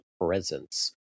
presence